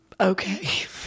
Okay